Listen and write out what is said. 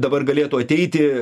dabar galėtų ateiti